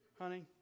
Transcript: Honey